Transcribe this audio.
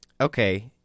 Okay